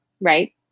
right